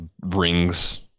rings